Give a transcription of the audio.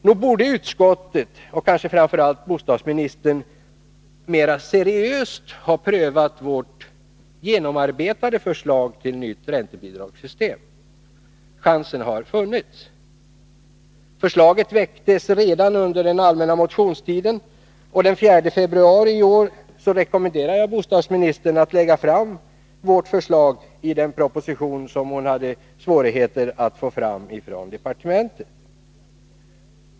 Nog borde utskottet och kanske framför allt bostadsministern mera seriöst ha prövat vårt genomarbetade förslag till nytt räntebidragssystem. Chansen har funnits. Förslaget väcktes redan under allmänna motionstiden, och den 4 februari i år rekommenderade jag bostadsministern att lägga fram vårt förslag i den proposition som det tydligen var svårt att få fram på departementet.